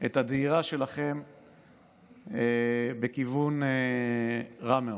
את הדהירה שלכם בכיוון רע מאוד.